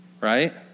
right